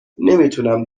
نمیتونم